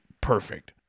perfect